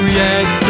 yes